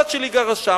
הבת שלי גרה שם,